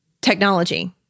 technology